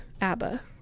abba